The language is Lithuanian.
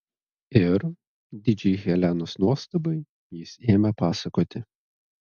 ir didžiai helenos nuostabai jis ėmė pasakoti